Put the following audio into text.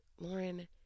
Lauren